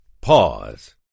pause